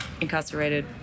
incarcerated